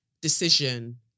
decision